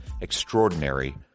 extraordinary